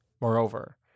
Moreover